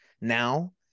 now